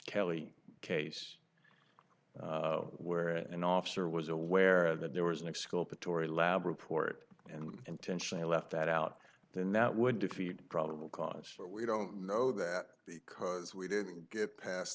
kelly case where an officer was aware that there was an excuse to tori lab report and intentionally left that out then that would defeat probable cause but we don't know that because we didn't get past